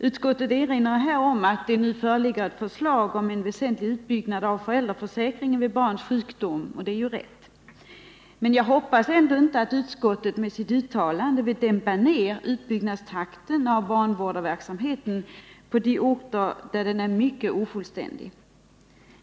Utskottet erinrar här om det nu föreliggande förslaget om en väsentlig utbyggnad av föräldraförsäkringen vid barns sjukdom, och att ett sådant förslag föreligger är ju riktigt. Jag hoppas emellertid att utskottet med detta sitt uttalande inte vill dimpa utbyggnadstakten när det gäller barnvårdarverksamheten på de orter där denna är mycket ofullständig.